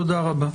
תודה רבה.